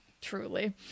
truly